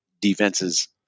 defenses